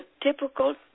typical